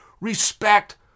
respect